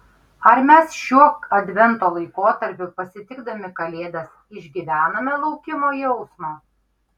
ar mes šiuo advento laikotarpiu pasitikdami kalėdas išgyvename laukimo jausmą